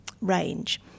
range